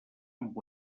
amb